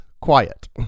quiet